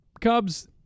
Cubs